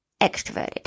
extroverted